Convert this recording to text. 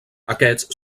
aquests